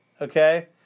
okay